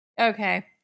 Okay